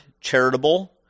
charitable